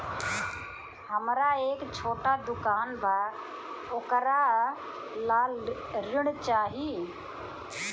हमरा एक छोटा दुकान बा वोकरा ला ऋण चाही?